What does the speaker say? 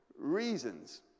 reasons